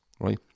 right